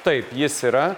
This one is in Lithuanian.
taip jis yra